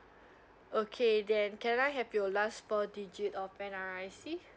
okay then can I have your last four digit of N_R_I_C